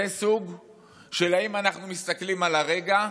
זו שאלה אם אנחנו מסתכלים על הרגע,